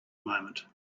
moment